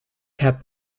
heb